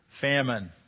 famine